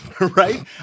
Right